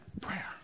prayer